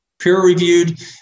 peer-reviewed